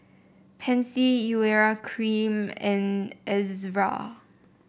Pansy Urea Cream and Ezerra